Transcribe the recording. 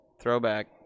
Throwback